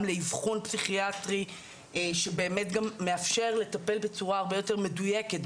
לאבחון פסיכיאטרי שמאפשר לטפל בצורה הרבה יותר מדוייקת,